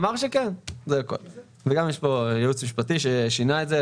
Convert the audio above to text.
גם באישור ועדת הכספים ובהסכמת שר האוצר,